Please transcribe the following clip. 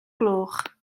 gloch